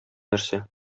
нәрсә